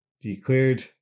declared